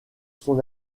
son